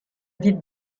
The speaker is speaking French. ville